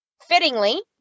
Fittingly